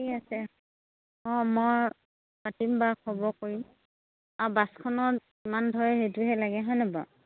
ঠিক আছে অঁ মই পতিম বাৰু খবৰ কৰিম আৰু বাছখনত কিমান ধৰে সেইটোহে লাগে হয়নে বাৰু